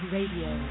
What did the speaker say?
Radio